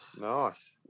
Nice